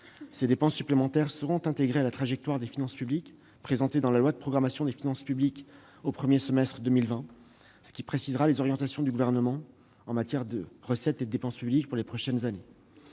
Ces dépenses supplémentaires seront intégrées à la trajectoire des finances publiques présentée dans la loi de programmation des finances publiques au premier semestre 2020. Ce texte précisera les orientations du Gouvernement en matière de recettes et de dépenses publiques pour les prochaines années.